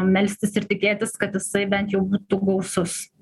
melstis ir tikėtis kad jisai bent jau būtų gausus